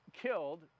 killed